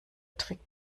trick